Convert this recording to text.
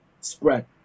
spread